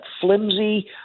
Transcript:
flimsy